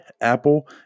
Apple